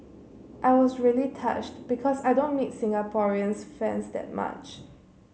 I was really touched because I don't meet Singaporean fans that much